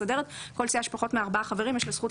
לכל סיעה עם פחות מארבעה חברים יש זכות